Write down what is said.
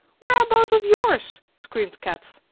where are both of yours? screamed kat.